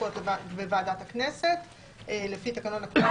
אז בוועדת הכנסת לפי תקנון הכנסת.